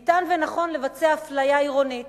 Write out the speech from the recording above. ניתן ונכון לבצע אפליה עירונית